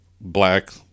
black